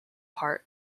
part